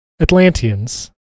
Atlanteans